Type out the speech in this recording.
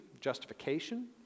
justification